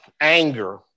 anger